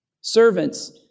Servants